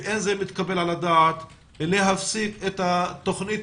ואין זה מתקבל על הדעת להפסיק את התוכנית